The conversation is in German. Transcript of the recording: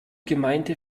gemeinte